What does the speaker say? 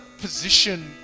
position